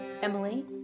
emily